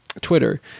Twitter